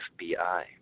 FBI